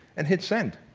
and hit send.